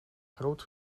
groot